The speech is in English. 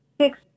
six